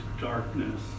darkness